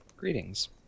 greetings